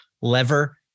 lever